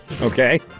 Okay